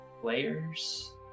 players